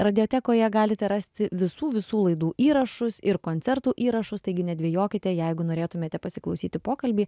radiotekoje galite rasti visų visų laidų įrašus ir koncertų įrašus taigi nedvejokite jeigu norėtumėte pasiklausyti pokalbį